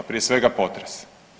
Prije svega potres.